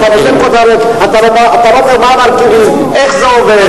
אתה לא אומר מה המרכיבים, איך זה עובד.